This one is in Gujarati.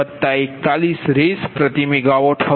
35 Pg241 RsMWhr